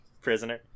Prisoner